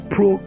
Pro